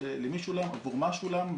עבור מה שולם,